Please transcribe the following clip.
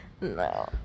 No